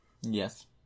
Yes